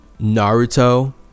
naruto